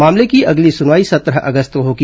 मामले की अगली सुनवाई सत्रह अगस्त को होगी